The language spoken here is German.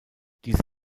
diese